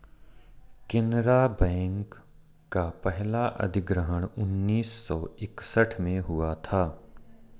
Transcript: Canara bank का पहला अधिग्रहण उन्नीस सौ इकसठ में हुआ था